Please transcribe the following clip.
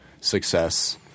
success